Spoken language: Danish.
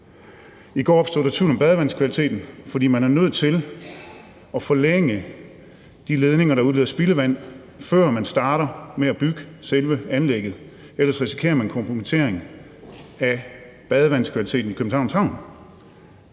I går opstod der tvivl om badevandskvaliteten, fordi man er nødt til at forlænge de ledninger, der udleder spildevand, før man starter med at bygge selve anlægget – ellers risikerer man kompromittering af badevandskvaliteten i Københavns Havn.